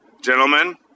gentlemen